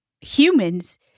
humans